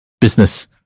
business